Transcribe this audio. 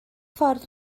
ffordd